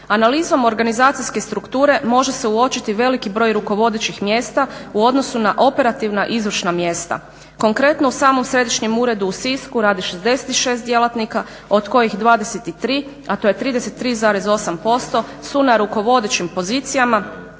Analizom organizacijske strukture može se uočiti veliki broj rukovodećih mjesta u odnosu na operativna izvršna mjesta. Konkretno u samom središnjem uredu u Sisku radi 66 djelatnika od kojih 23, a to je 33,8% su na rukovodećim pozicijama,